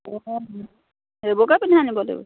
অঁ সেইবোৰকে পিন্ধাই নিব লাগিব